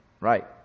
Right